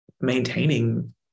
maintaining